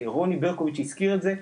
רוני ברקוביץ הזכיר את זה,